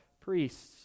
priests